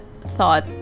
thought